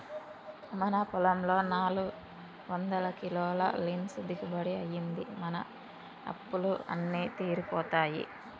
మన పొలంలో నాలుగొందల కిలోల లీన్స్ దిగుబడి అయ్యింది, మన అప్పులు అన్నీ తీరిపోతాయి